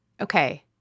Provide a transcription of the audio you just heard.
Okay